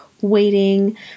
waiting